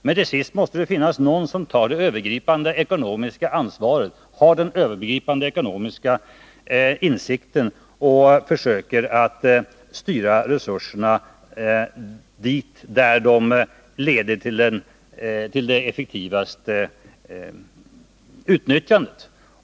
Men till sist måste det finnas någon som tar det övergripande ekonomiska ansvaret, har den övergripande ekonomiska insikten och försöker styra resurserna dit där de leder till det effektivaste utnyttjandet.